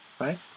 right